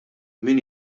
min